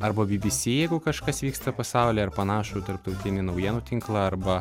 arba bbc jeigu kažkas vyksta pasaulyje ar panašų tarptautinį naujienų tinklą arba